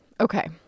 Okay